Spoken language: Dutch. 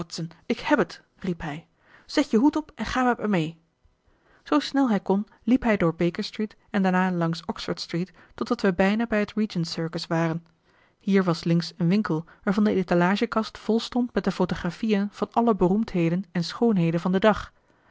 ik heb het riep hij zet je hoed op en ga met me mee illustratie zijn blik volgend zag ik de beeltenis van een voorname dame in baltoilet zoo snel hij kon liep hij door baker street en daarna langs oxford street totdat wij bijna bij het regent circus waren hier was links een winkel waarvan de etalagekast vol stond met de fotographieën van alle beroemdheden en schoonheden van den dag